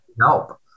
help